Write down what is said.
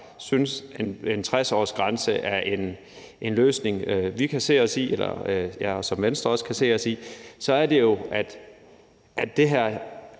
synes, at en 60-årsgrænse er en løsning, som jeg og vi i Venstre kan se os i, er det, at det her